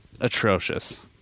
atrocious